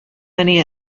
many